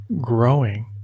growing